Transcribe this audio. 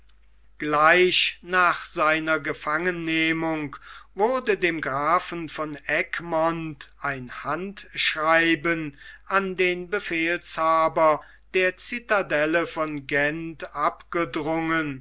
gleich nach seiner gefangennehmung wurde dem grafen von egmont ein handschreiben an den befehlshaber der citadelle von gent abgedrungen